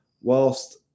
whilst